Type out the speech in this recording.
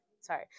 Sorry